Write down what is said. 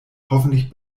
hoffentlich